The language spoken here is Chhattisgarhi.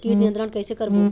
कीट नियंत्रण कइसे करबो?